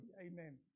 Amen